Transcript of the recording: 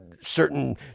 certain